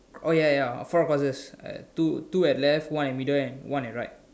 oh ya ya four crosses uh two two at left one at middle and one at right